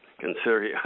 consider